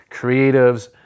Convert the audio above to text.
Creatives